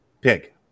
pig